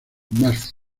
más